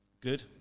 good